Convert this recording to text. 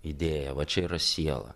idėja va čia yra siela